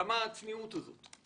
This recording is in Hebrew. למה הצניעות הזאת?